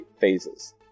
phases